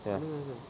yes